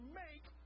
make